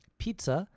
pizza